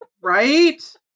Right